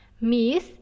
Miss